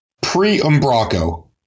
pre-umbraco